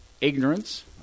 Ignorance